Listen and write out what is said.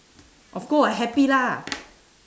of course I happy lah